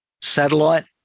satellite